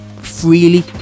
freely